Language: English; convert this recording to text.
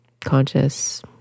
conscious